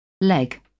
leg